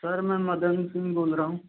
sir मैं मदन सिंह बोल रहा हूँ